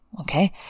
Okay